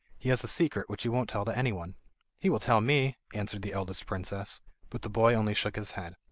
he has a secret which he won't tell to anyone he will tell me answered the eldest princess but the boy only shook his head.